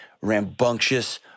rambunctious